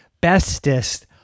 bestest